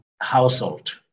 household